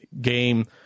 game